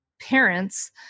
parents